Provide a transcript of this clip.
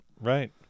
Right